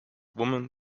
women